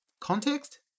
Context